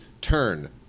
Turn